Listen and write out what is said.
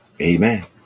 Amen